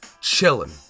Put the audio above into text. chilling